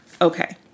Okay